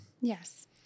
Yes